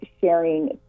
sharing